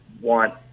want